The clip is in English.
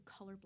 colorblind